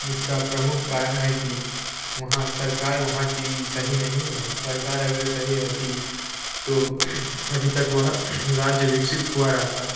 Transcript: जिसका प्रमुख कारण है कि वहाँ सरकार वहाँ की सही नहीं है सरकार अगर सही रहती तो अभी तक वह राज्य विकसित हुआ रहता